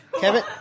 Kevin